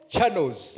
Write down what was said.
channels